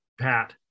Pat